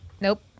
Nope